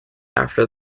after